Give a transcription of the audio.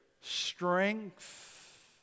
strength